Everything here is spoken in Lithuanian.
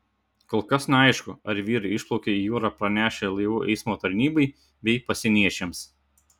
kol kas neaišku ar vyrai išplaukė į jūrą pranešę laivų eismo tarnybai bei pasieniečiams